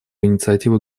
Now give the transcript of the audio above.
инициативу